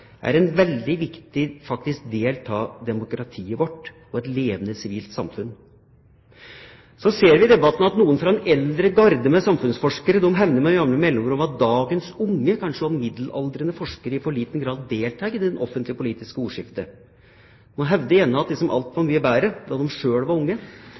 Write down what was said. er en veldig viktig del av demokratiet vårt og et levende sivilsamfunn. Så ser vi i debatten at noen fra den eldre garde av samfunnsforskere med jamne mellomrom hevder at dagens unge og middelaldrende forskere i for liten grad tar del i det offentlige politiske ordskiftet. De hevder gjerne at alt var så mye bedre da de sjøl var unge